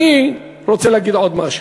אני רוצה להגיד עוד משהו,